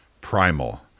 Primal